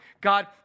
God